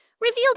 revealed